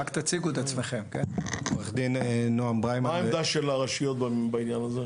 מה העמדה של הרשויות בעניין הזה?